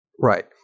Right